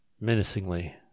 menacingly